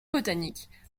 botanique